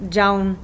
down